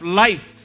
life